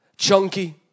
chunky